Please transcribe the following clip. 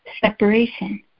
separation